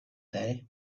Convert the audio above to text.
day